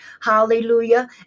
hallelujah